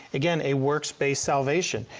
again a work's based salvation.